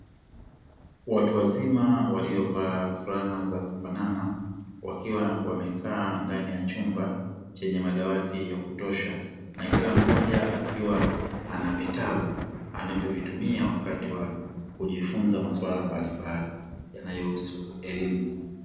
Watu wazima waliovaa fulana za kufanana wakiwa wamekaa ndani ya chumba chenye madawati ya kutosha na kila mmoja akiwa ana vitabu anavyovitumia wakati wa kujifunza maswala mbalimbali yanayohusu elimu.